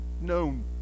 known